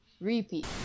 Repeat